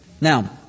Now